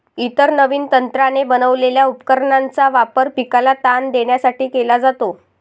इतर नवीन तंत्राने बनवलेल्या उपकरणांचा वापर पिकाला ताण देण्यासाठी केला जातो